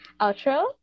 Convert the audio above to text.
outro